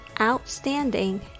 outstanding